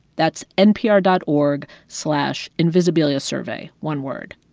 that's npr dot org slash invisibiliasurvey one word.